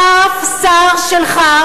אף שר שלך,